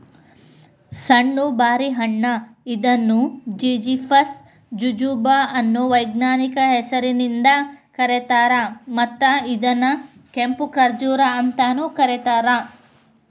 ಸಣ್ಣು ಬಾರಿ ಹಣ್ಣ ಇದನ್ನು ಜಿಝಿಫಸ್ ಜುಜುಬಾ ಅನ್ನೋ ವೈಜ್ಞಾನಿಕ ಹೆಸರಿಂದ ಕರೇತಾರ, ಮತ್ತ ಇದನ್ನ ಕೆಂಪು ಖಜೂರ್ ಅಂತಾನೂ ಕರೇತಾರ